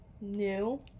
new